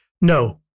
No